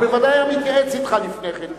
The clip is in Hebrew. הוא בוודאי היה מתייעץ לפני כן.